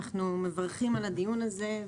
אנחנו מברכים על הדיון הזה.